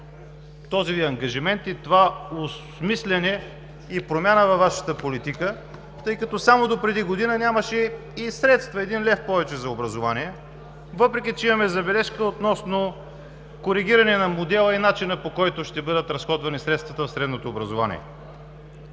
този Ви ангажимент и това осмисляне и промяна във Вашата политика, тъй като само допреди година нямаше и средства – един лев повече за образование, въпреки че имаме забележка относно коригиране на модела и начина, по който ще бъдат разходвани средствата в средното образование.